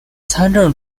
参政